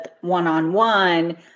one-on-one